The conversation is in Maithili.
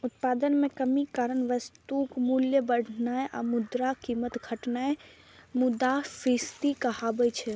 उत्पादन मे कमीक कारण वस्तुक मूल्य बढ़नाय आ मुद्राक कीमत घटनाय मुद्रास्फीति कहाबै छै